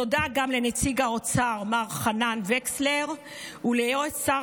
תודה גם לנציג האוצר מר חנן וקסלר וליועץ שר